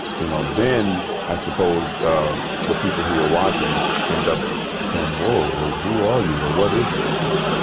you know, then, i suppose the people who are watching end up saying, whoa! well, who are you, or what is this? you know.